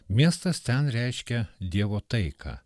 miestas ten reiškia dievo taiką